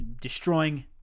destroying